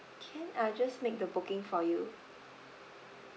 can I'll just make the booking for you